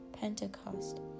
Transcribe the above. Pentecost